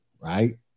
Right